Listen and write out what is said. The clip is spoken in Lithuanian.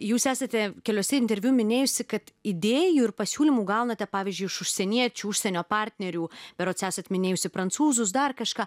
jūs esate keliuose interviu minėjusi kad idėjų ir pasiūlymų gaunate pavyzdžiui iš užsieniečių užsienio partnerių berods esat minėjusi prancūzus dar kažką